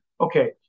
okay